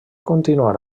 continuar